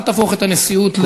אל תהפוך את הנשיאות לבזויה.